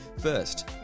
first